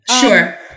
Sure